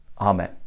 Amen